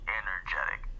energetic